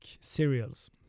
cereals